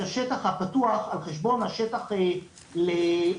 השטח הפתוח על חשבון השטח --- סליחה,